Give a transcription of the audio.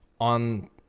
on